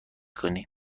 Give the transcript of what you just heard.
کنی